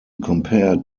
compared